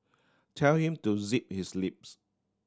tell him to zip his lips